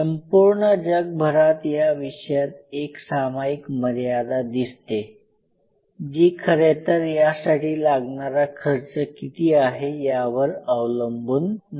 संपूर्ण जगभरात या विषयात एक सामायिक मर्यादा दिसते जी खरेतर यासाठी लागणारा खर्च किती यावर अवलंबून नाही